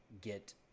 get